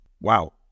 Wow